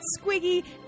Squiggy